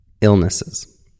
illnesses